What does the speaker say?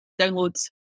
downloads